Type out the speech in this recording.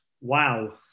wow